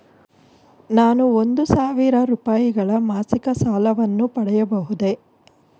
ನಾನು ಒಂದು ಸಾವಿರ ರೂಪಾಯಿಗಳ ಮಾಸಿಕ ಸಾಲವನ್ನು ಪಡೆಯಬಹುದೇ?